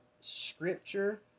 Scripture